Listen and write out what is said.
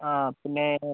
ആ പിന്നെ